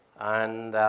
and